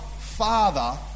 Father